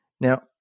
Now